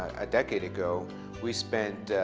a decade ago we spend